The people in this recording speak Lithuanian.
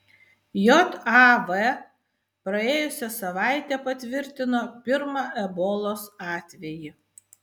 jav praėjusią savaitę patvirtino pirmą ebolos atvejį